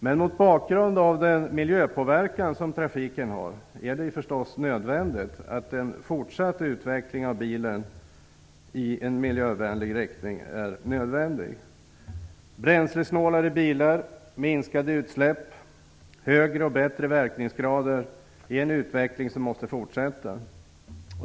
Men mot bakgrund av den miljöpåverkan som trafiken har är det naturligtvis nödvändigt med en fortsatt utveckling av bilen i miljövänlig riktning. Utvecklingen med bränslesnålare bilar, minskade utsläpp samt högre och bättre verkningsgrader måste fortsätta.